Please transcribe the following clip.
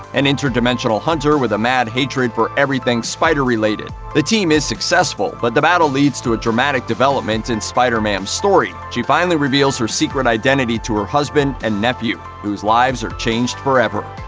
an interdimensional hunter with a mad hatred for everything spider-related. the team is successful, but the battle leads to a dramatic development in spider-ma'am's story she finally reveals her secret identity to her husband and nephew, whose lives are changed forever.